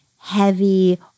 heavy